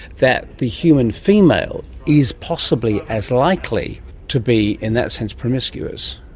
that the human female is possibly as likely to be in that sense promiscuous,